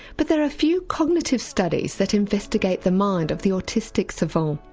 but there are few cognitive studies that investigate the mind of the autistic savant.